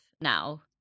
now